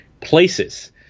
places